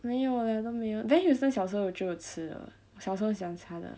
没有 leh 我都没有 Van Houten 小时候就有吃小时候很喜欢吃那个